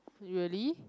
really